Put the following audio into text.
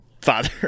father